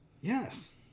Yes